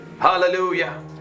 Hallelujah